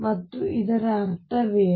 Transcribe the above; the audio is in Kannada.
ಮತ್ತು ಇದರ ಅರ್ಥವೇನು